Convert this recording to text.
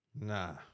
Nah